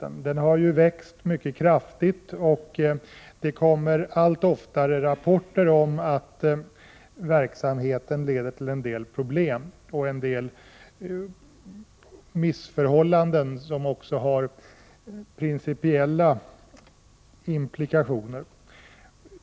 Den har ju växt mycket kraftigt, och det kommer allt oftare rapporter om att verksamheten leder till en del problem och missförhållanden, som också har principiella implikationer.